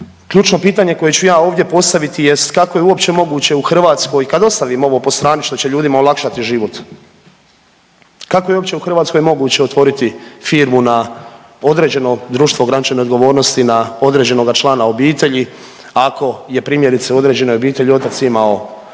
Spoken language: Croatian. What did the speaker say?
Ključno pitanje koje ću ja ovdje postaviti jest kako je uopće moguće u Hrvatskoj kad ostavimo ovo po strani što će ljudima olakšati život, kako je uopće u Hrvatskoj moguće otvoriti firmu na određeno društvo ograničene odgovornosti na određenoga člana obitelji ako je primjerice u određenoj obitelji otac imao